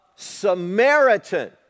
Samaritan